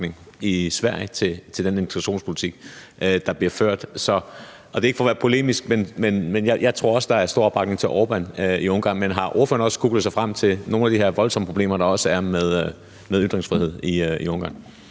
i Sverige til den integrationspolitik, der bliver ført. Det er ikke for at være polemisk, men jeg tror også, der er stor opbakning til Orbán i Ungarn. Har ordføreren også googlet sig frem til nogle af de her voldsomme problemer, der er med ytringsfriheden i Ungarn?